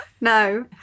No